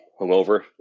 hungover